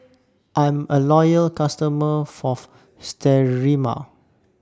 I'm A Loyal customer Fourth Sterimar